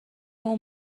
اون